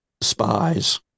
spies